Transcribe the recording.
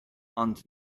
ond